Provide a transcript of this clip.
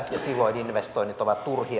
silloin investoinnit ovat turhia